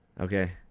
okay